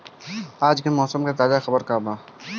आज के मौसम के ताजा खबर का बा?